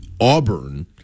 Auburn